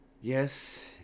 yes